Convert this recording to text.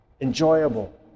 enjoyable